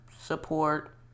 support